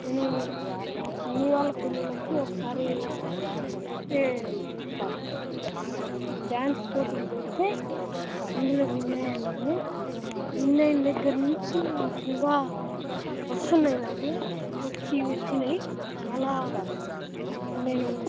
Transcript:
నేను మా పిన్ని వాళ్ళ పిల్లలకి ఒకసారి పే ఇది డ్యాన్స్ పోటీలు పెడితే అందులో విన్ అయ్యాను నేను విన్ అయిన దగ్గర నుంచి నాకు ఇంకా వస్తున్నాయి నాకు వచ్చి వచ్చినాయి చాలా నేను